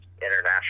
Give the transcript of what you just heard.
international